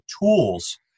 tools